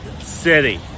city